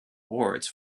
wards